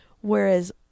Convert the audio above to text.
Whereas